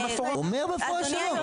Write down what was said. הוא אומר במפורש שלא.